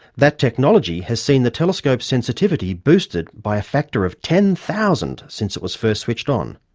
that technology has seen the telescope's sensitivity boosted by a factor of ten thousand since it was first switched on.